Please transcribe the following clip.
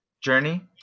journey